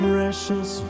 Precious